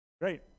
Great